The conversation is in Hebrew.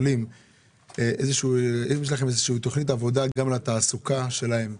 העולים איזושהי תכנית עבודה גם לתעסוקה שלהם,